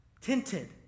tinted